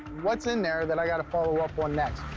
what's in there that i got to follow up on next?